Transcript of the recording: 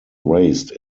raised